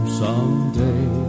someday